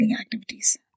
activities